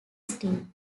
street